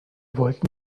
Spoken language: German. wollten